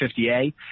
50a